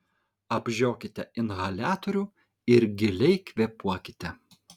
apžiokite inhaliatorių ir giliai kvėpuokite